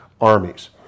armies